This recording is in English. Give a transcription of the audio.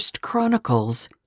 Chronicles